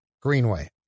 Greenway